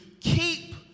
keep